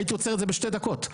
הייתי עוצר את זה בשתי דקות,